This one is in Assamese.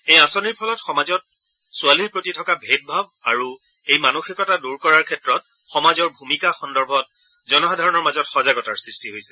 এই আঁচনিৰ ফলত সমাজত ছোৱালীৰ প্ৰতি থকা ভেদভাৱ আৰু এই মানসিকতা দূৰ কৰাৰ ক্ষেত্ৰত সমাজৰ ভূমিকা সন্দৰ্ভত জনসাধাৰণৰ মাজত সজাগতাৰ সৃষ্টি হৈছে